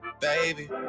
Baby